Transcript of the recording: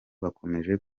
bakomeje